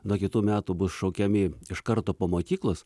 nuo kitų metų bus šaukiami iš karto po mokyklos